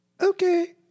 Okay